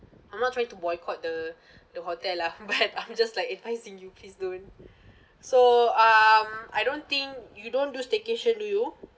I'm not trying to boycott the the hotel lah but I'm just like eh I think you please don't so um I don't think you don't do staycation do you